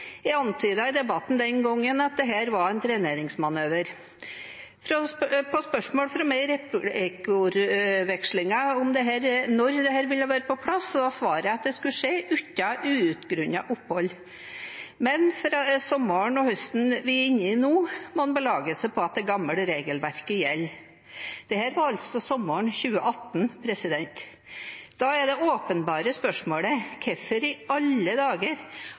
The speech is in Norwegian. Jeg antydet i debatten den gangen at dette var en treneringsmanøver. På spørsmål fra meg i replikkvekslingen om når dette ville være på plass, var svaret at det skulle skje «uten ugrunnet opphold», men fra sommeren og høsten vi er inne i nå, må en belage seg på at det gamle regelverket gjelder. Dette var altså sommeren 2018. Da er det åpenbare spørsmålet: Hvorfor i alle dager